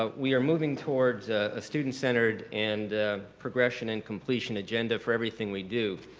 ah we are moving towards a student centered and progression and completion agenda for everything we do.